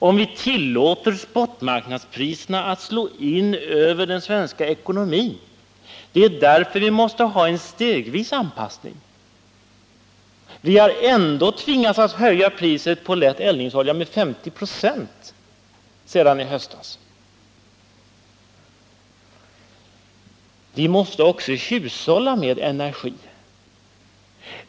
Om vi tillåter spotmarknadspriserna att slå in över den svenska ekonomin, skulle ju denna helt och hållet slås omkull. Det är därför vi måste ha en stegvis anpassning. Vi har ändå tvingats att höja priset på lätt eldningsolja med 50 96 sedan i Vi måste också hushålla med energin.